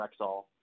Rexall